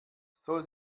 soll